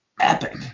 epic